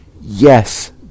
Yes